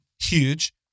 Huge